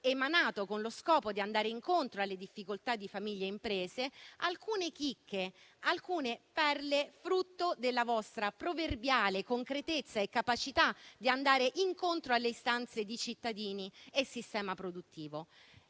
emanato con lo scopo di andare incontro alle difficoltà di famiglie e imprese alcune chicche e alcune perle frutto della vostra proverbiale concretezza e capacità di andare incontro alle istanze di cittadini e sistema produttivo.